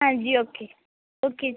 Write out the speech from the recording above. ਹਾਂਜੀ okay okay ਜੀ